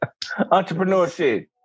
Entrepreneurship